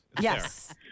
Yes